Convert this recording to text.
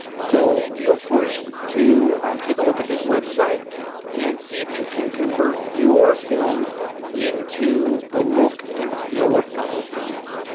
so feel free to take a look at this website and see if you can convert your films into the look and feel of other films.